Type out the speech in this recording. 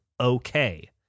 okay